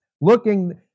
looking